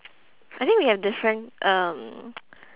I think we have different um